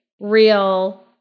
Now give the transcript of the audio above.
real